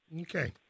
Okay